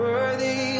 Worthy